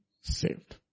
saved